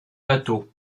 batho